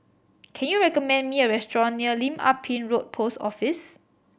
can you recommend me a restaurant near Lim Ah Pin Road Post Office